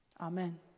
Amen